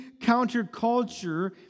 counterculture